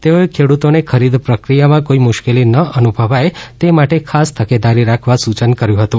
તેઓએ ખેડૂતોને ખરીદ પ્રક્રિયામાં કોઇ મુશ્કેલી ન અનુભવાય તે માટે ખાસ તકેદારી રાખવા સૂચન કર્યું હતું